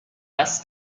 less